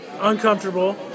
uncomfortable